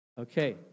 Okay